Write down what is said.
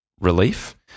relief